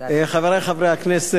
חברי חברי הכנסת,